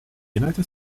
united